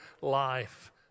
life